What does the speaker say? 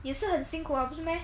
也是很辛苦啊不是 meh